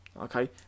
Okay